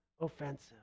offensive